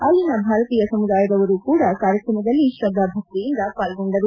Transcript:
ಅಲ್ಲಿನ ಭಾರತೀಯ ಸಮುದಾಯದವರೂ ಕೂಡ ಕಾರ್ಯಕ್ರಮದಲ್ಲಿ ಶ್ರದ್ದಾ ಭಕ್ತಿಯಿಂದ ಪಾಲ್ಲೊಂಡರು